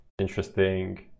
Interesting